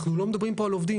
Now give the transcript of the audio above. אנחנו לא מדברים פה על עובדים.